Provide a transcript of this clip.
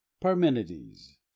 parmenides